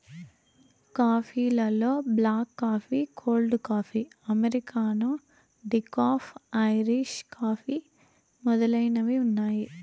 coffee లలో black coffee, cold coffee, americano, decaf, Irish coffee మొదలైనవి ఉన్నాయి